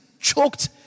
choked